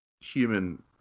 human